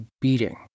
beating